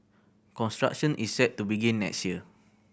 construction is set to begin next year